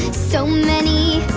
so many